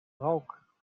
rook